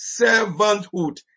servanthood